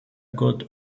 côte